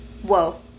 Whoa